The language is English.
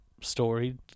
story